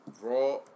Raw